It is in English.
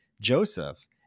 Joseph